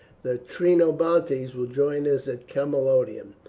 the trinobantes will join us at camalodunum.